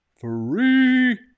free